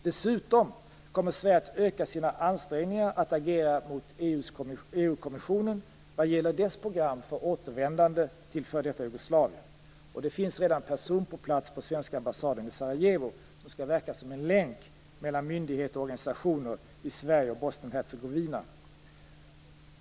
Dessutom kommer Sverige att öka sina ansträngningar att agera mot EU-kommissionen vad gäller dess program för återvändande till f.d. Jugoslavien. Det finns redan en person på plats på svenska ambassaden i Sarajevo som skall verka som en länk mellan myndigheter och organisationer i Sverige och Bosnien Hercegovina och förmedla information om förutsättningarna för återvändandet.